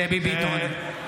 (קורא בשמות חברי הכנסת) דבי ביטון,